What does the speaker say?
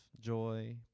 joy